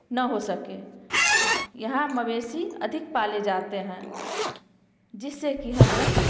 न हो सके यहाँ मवेशी अधिक पाले जाते हैं जिससे की हमें